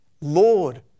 Lord